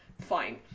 fine